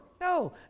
no